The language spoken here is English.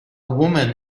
woman